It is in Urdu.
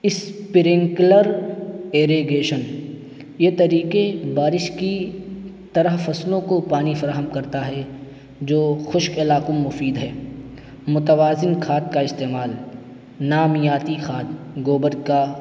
اسپرنکلر ایریگیشن یہ طریقے بارش کی طرح فصلوں کو پانی فراہم کرتا ہے جو خشک علاقوں میں مفید ہے متوازن کھاد کا استعمال نامیاتی خاد گوبر کا